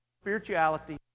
spirituality